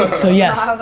so yes,